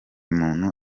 muntu